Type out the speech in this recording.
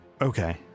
Okay